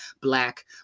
Black